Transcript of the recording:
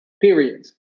period